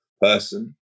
person